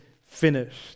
finished